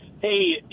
Hey